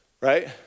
right